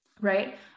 right